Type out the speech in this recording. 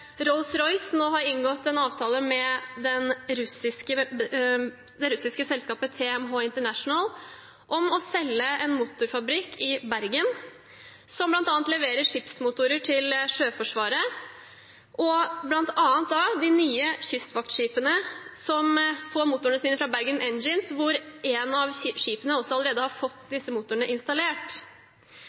nå har inngått en avtale med det russiske selskapet TMH International om å selge en motorfabrikk i Bergen som bl.a. leverer skipsmotorer til Sjøforsvaret. Blant annet får de nye kystvaktskipene motorene sine fra Bergen Engines, og et av skipene har allerede fått en slik motor installert.